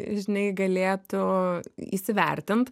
žinai galėtų įsivertint